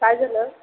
काय झालं